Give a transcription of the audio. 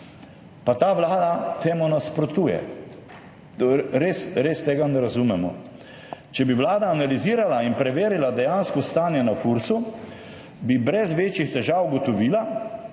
pa Vlada temu nasprotuje, tega res ne razumemo. Če bi Vlada analizirala in preverila dejansko stanje na FURS, bi brez večjih težav ugotovila,